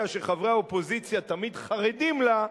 שחברי האופוזיציה תמיד חרדים לה,